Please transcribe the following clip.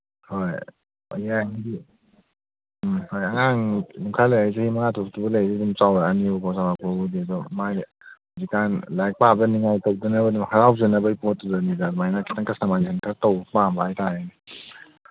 ꯍꯣꯏ ꯌꯥꯏ ꯍꯏꯗꯤ ꯐꯔꯦ ꯑꯉꯥꯡ ꯈꯔ ꯂꯩꯔ ꯆꯍꯤ ꯃꯉꯥ ꯇꯔꯨꯛꯇꯨꯕꯨ ꯂꯩꯔꯗꯤ ꯑꯗꯨꯝ ꯆꯥꯎꯔꯛꯑꯅꯤꯕꯀꯣ ꯆꯥꯎꯔꯛꯄꯕꯨꯗꯤ ꯑꯗꯣ ꯃꯥꯒꯤ ꯍꯧꯖꯤꯛꯀꯥꯟ ꯂꯥꯏꯔꯤꯛ ꯄꯥꯕꯗ ꯅꯤꯉꯥꯏ ꯇꯧꯗꯅꯕ ꯑꯗꯨꯝ ꯍꯔꯥꯎꯖꯅꯕꯒꯤ ꯄꯣꯠꯇꯨꯗꯅꯤꯗ ꯑꯗꯨꯃꯥꯏꯅ ꯈꯤꯇꯪ ꯀꯁꯇꯃꯥꯏꯖꯦꯁꯟ ꯈꯔ ꯇꯧꯕ ꯄꯥꯝꯕ ꯍꯥꯏ ꯇꯥꯔꯦꯅꯦ